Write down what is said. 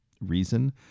reason